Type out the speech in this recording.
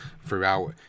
throughout